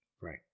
Right